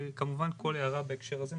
וכמובן כל הערה בהקשר הזה,